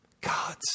God's